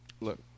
Look